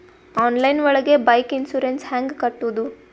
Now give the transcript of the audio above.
Online ಒಳಗೆ bike insurance ಹ್ಯಾಂಗ್ ಕಟ್ಟುದು?